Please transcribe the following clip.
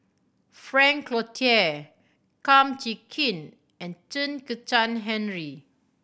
Frank Cloutier Kum Chee Kin and Chen Kezhan Henri